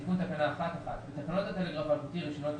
תיקן תקנה 1 בתקנות הטלגרף האלחוטי (רישיונות,